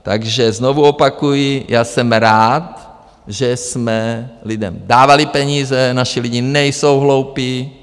Takže znovu opakuji, já jsem rád, že jsme lidem dávali peníze, naši lidi nejsou hloupí.